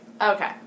Okay